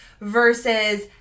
versus